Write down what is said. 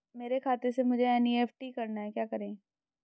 मेरे खाते से मुझे एन.ई.एफ.टी करना है क्या करें?